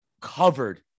covered